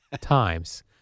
times